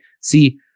See